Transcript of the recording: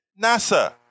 NASA